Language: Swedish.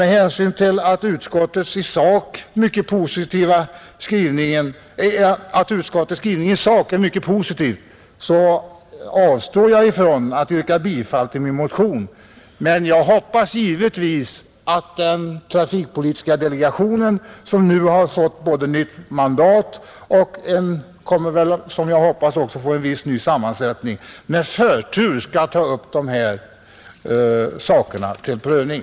Med hänsyn till att utskottets skrivning i sak dock är mycket positiv avstår jag från att yrka bifall till motionen, Men jag hoppas givetvis att den trafikpolitiska delegationen, som nu har fått nya uppgifter och som även skall få en ny sammansättning, med förtur skall ta upp dessa frågor till prövning.